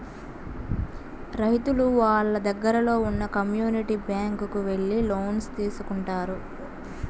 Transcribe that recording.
రైతులు వాళ్ళ దగ్గరలో ఉన్న కమ్యూనిటీ బ్యాంక్ కు వెళ్లి లోన్స్ తీసుకుంటారు